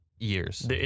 years